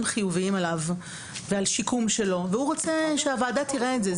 חיוביים עליו ועל השיקום שלו והוא רוצה שהוועדה תראה את זה.